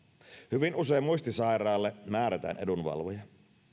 hyvin usein muistisairaalle määrätään edunvalvoja